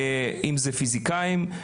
אם זה פיזיקאים,